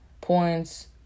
points